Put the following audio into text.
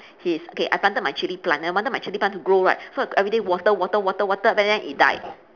his okay I planted my chili plant I wanted my chili plant to grow right so everyday water water water water then then it died